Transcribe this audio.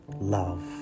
Love